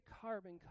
carbon